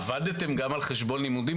עבדתם גם בזמן לימודים?